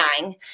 nine